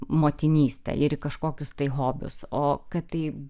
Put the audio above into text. motinystę ir į kažkokius tai hobius o kad tai